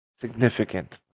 Significant